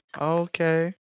Okay